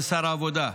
זה שר העבודה,